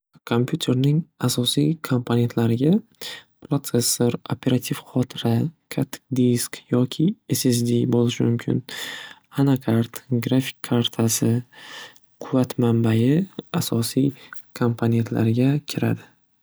Kompyuterning asosiy kompanentlariga protsessor, operativ xotira, qattiq disk yoki SSD bo'lishi mumkin. Anakart grafik kartasi quvvat manbayi asosiy kompanentlarga kiradi.